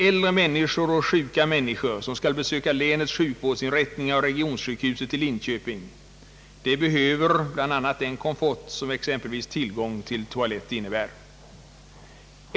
Äldre människor och sjuka människor, som skall besöka länets sjukvårdsinrättningar och regionsjukhuset i Linköping, behöver bl.a. den komfort som exempelvis tillgång till toalett innebär.